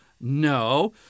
No